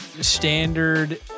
standard